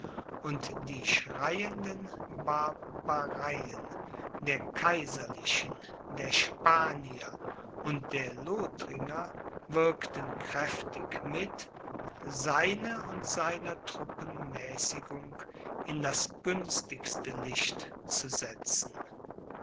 und die schreienden barbareien der kaiserlichen der spanier und der lothringer wirkten kräftig mit seine und seiner truppen mäßigung in das günstigste licht zu setzen